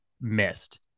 missed